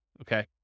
Okay